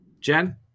Jen